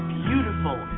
beautiful